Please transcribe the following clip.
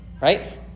Right